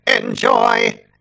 enjoy